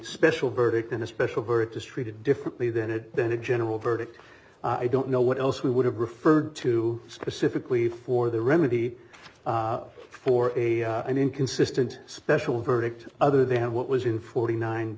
special verdict in a special burgess treated differently than it then a general verdict i don't know what else we would have referred to specifically for the remedy for a an inconsistent special verdict other they have what was in forty nine